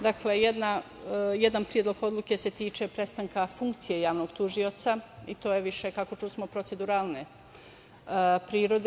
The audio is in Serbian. Dakle, jedan predlog odluke se tiče prestanka funkcije javnog tužioca i to je više, kako čusmo, proceduralne prirode.